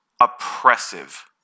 Oppressive